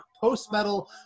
post-metal